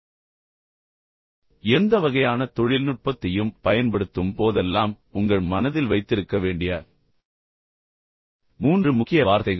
நீங்கள் தொழில்நுட்பம் எந்த வகையான தொழில்நுட்பத்தையும் பயன்படுத்தும் போதெல்லாம் உங்கள் மனதில் வைத்திருக்க வேண்டிய மூன்று முக்கிய வார்த்தைகள்